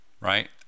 right